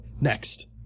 Next